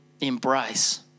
embrace